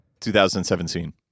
2017